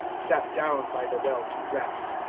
sat down by the well to rest.